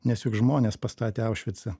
nes juk žmonės pastatė aušvicą